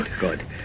Good